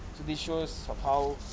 so this shows how